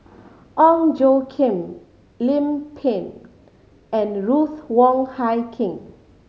Ong Tjoe Kim Lim Pin and Ruth Wong Hie King